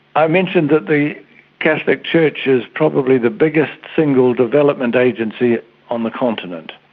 i mentioned that the catholic church is probably the biggest single development agency on the continent.